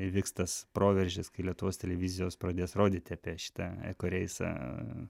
įvyks tas proveržis kai lietuvos televizijos pradės rodyti apie šitą eko reisą